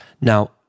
Now